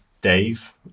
Dave